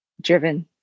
driven